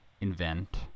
invent